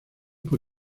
por